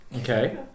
Okay